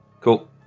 Cool